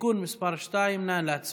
(תיקון מס' 2). נא להצביע.